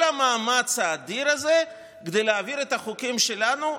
כל המאמץ האדיר הזה כדי להעביר את החוקים שלנו,